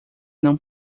não